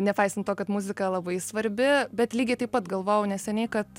nepaisant to kad muzika labai svarbi bet lygiai taip pat galvojau neseniai kad